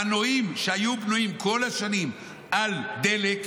המנועים שהיו בנויים כל השנים על דלק,